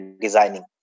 designing